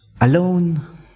alone